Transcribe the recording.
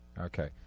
Okay